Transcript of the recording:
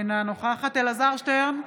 אינה נוכחת אלעזר שטרן,